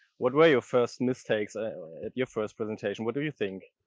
what were your first mistakes at your first presentation. what do you think?